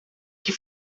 que